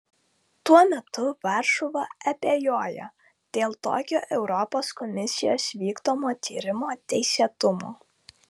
tuo metu varšuva abejoja dėl tokio europos komisijos vykdomo tyrimo teisėtumo